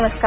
नमस्कार